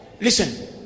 Listen